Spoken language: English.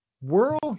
World